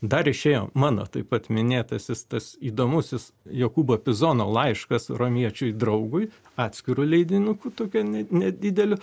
dar išėjo mano taip pat minėtasis tas įdomusis jokūbo pizono laiškas romiečiai draugui atskiru leidinuku tokia ne nedideliu